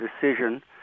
decision